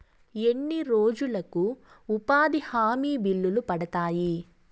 ఎన్ని రోజులకు ఉపాధి హామీ బిల్లులు పడతాయి?